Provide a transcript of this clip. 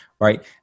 right